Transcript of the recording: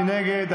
מי נגד?